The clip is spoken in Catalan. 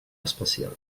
especial